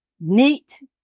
neat